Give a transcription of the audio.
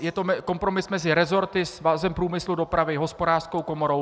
Je to kompromis mezi resorty, Svazem průmyslu a dopravy, Hospodářskou komorou.